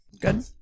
good